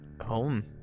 home